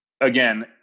again